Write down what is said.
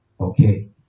okay